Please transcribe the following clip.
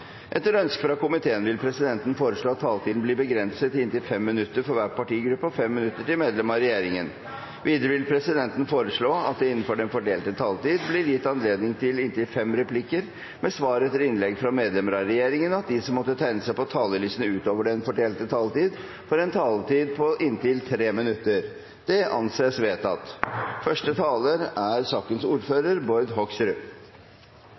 Etter ønske fra arbeids- og sosialkomiteen vil presidenten foreslå at taletiden blir begrenset til 5 minutter til hver partigruppe og 5 minutter til medlem av regjeringen. Videre vil presidenten foreslå at det blir gitt anledning til inntil fem replikker med svar etter innlegg fra medlemmer av regjeringen innenfor den fordelte taletid, og at de som måtte tegne seg på talerlisten utover den fordelte taletid, får en taletid på inntil 3 minutter. – Det anses vedtatt.